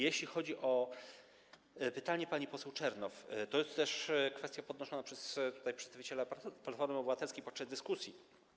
Jeśli chodzi o pytanie pani poseł Czernow, to jest to też kwestia podnoszona przez przedstawiciela Platformy Obywatelskiej podczas dyskusji.